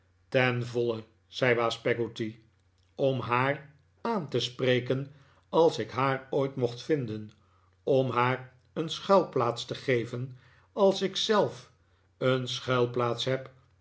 ten voile zei baas peggotty om haar aan te spreken als ik haar ooit mocht vinden cm haar een schuilplaats te geven als ik zelf een schuilplaats heb